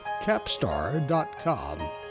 CAPSTAR.COM